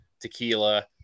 tequila